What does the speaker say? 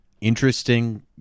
interesting